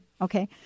okay